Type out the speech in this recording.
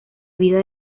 vida